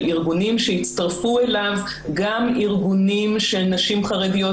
ארגונים שהצטרפו אליו גם ארגונים של נשים חרדיות,